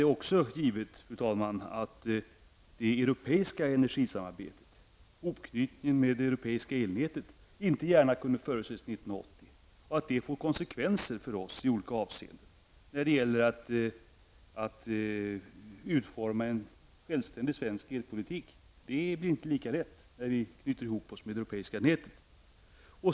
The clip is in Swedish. Det är också givet att det europeiska energisamarbetet, sammanbindningen med det europeiska elnätet, inte gärna kunde förutses 1980 och att det får konsekvenser för oss i olika avseenden när det gäller att utforma en självständig svensk elpolitik. Det blir inte lika lätt när vi knyter ihop vårt nät med det europeiska nätet.